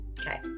okay